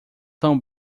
tão